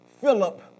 Philip